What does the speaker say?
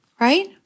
Right